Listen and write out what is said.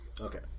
Okay